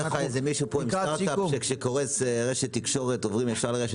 שלום לכולם, תודה רבה